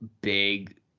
big